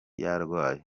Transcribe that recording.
yarwaye